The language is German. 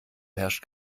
herrscht